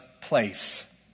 place